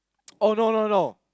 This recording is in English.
oh no no no